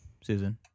Susan